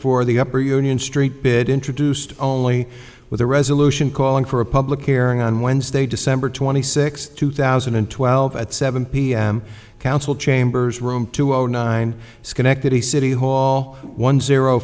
for the upper union street bid introduced only with a resolution calling for a public hearing on wednesday december twenty sixth two thousand and twelve at seven p m council chambers room two zero zero nine schenectady city hall one zero